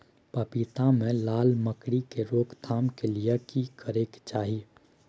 पपीता मे लाल मकरी के रोक थाम के लिये की करै के चाही?